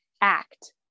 act